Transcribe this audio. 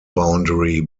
boundary